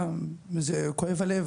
זה כואב הלב,